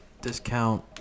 discount